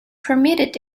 permitted